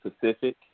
Pacific